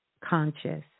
conscious